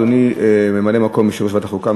אדוני ממלא-מקום יושב-ראש ועדת החוקה,